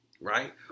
right